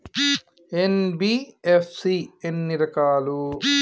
NBFC ఎన్ని రకాలు?